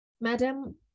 madam